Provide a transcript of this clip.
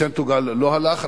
"סנטוגל" לא הלך.